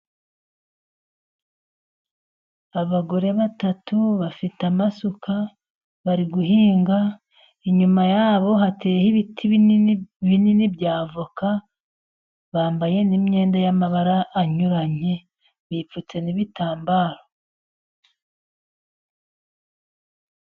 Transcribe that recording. Abagore batatu bafite amasuka bari guhinga. Inyuma yabo hateyeho ibiti binini binini bya avoka, bambaye n'imyenda y'amabara anyuranye bipfutse n'ibitambaro.